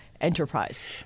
enterprise